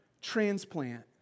transplant